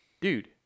dude